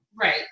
Right